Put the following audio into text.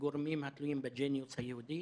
גורמים התלויים בגניוס היהודי